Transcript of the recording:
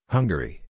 Hungary